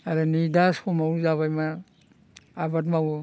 आरो नै दा समाव जाबाय मा आबाद मावो